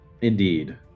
Indeed